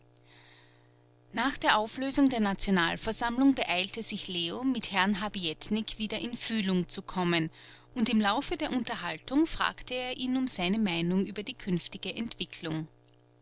nach der auflösung der nationalversammlung beeilte sich leo mit herrn habietnik wieder in fühlung zu kommen und im laufe der unterhaltung fragte er ihn um seine meinung über die künftige entwicklung